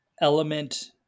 element